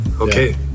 okay